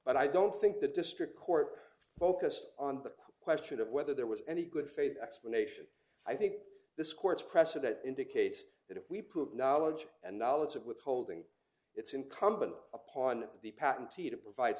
but i don't think the district court focused on the question of whether there was any good faith explanation i think this court's precedents indicate that if we put knowledge and knowledge of withholding it's incumbent upon the patentee to provide